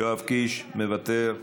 יואב קיש, מוותר,